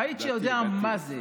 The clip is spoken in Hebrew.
בית שיודע מה זה.